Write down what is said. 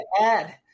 add